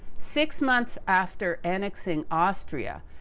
six months after annexing austria,